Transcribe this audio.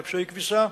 מייבשי כביסה,